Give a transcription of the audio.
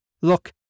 Look